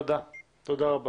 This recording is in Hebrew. צריך